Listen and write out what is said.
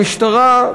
המשטרה,